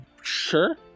Sure